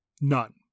None